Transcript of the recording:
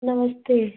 नमस्ते